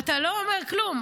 ואתה לא אומר כלום.